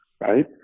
Right